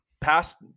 past